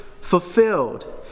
fulfilled